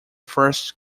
first